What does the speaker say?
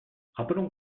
rappelons